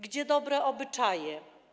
Gdzie dobre obyczaje?